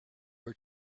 were